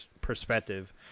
perspective